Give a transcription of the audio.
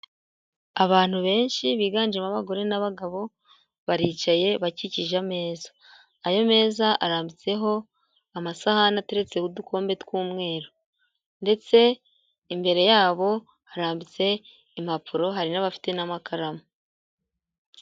Abantu benshi biganjemo abagore n'abagabo baricaye bakikije ameza, ayo meza arambitseho amasahani ateretse m’udukombe tw'umweru, ndetse imbere yabo harambitse impapuro hari n'abafite n'amakaramu.